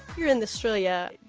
here in australia,